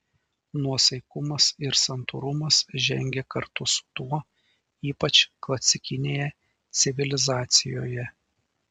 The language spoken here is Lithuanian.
nuosaikumas ir santūrumas žengė kartu su tuo ypač klasikinėje civilizacijoje